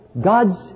God's